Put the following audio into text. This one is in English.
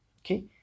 okay